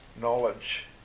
knowledge